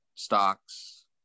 Stocks